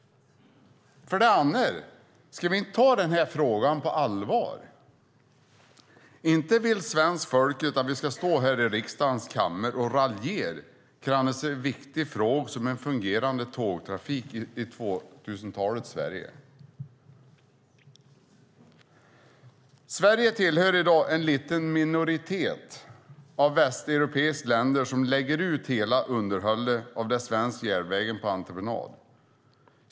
För det andra: Ska vi inte ta den här frågan på allvar? Inte vill svenska folket att vi ska stå här i riksdagens kammare och raljera över en så viktig fråga som en fungerande tågtrafik i 2000-talets Sverige. Sverige tillhör i dag en liten minoritet av västeuropeiska länder som lägger ut hela underhållet av den svenska järnvägen på entreprenad.